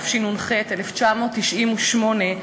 התשנ"ח 1998,